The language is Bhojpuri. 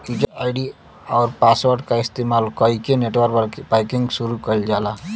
यूजर आई.डी आउर पासवर्ड क इस्तेमाल कइके नेटबैंकिंग शुरू करल जाला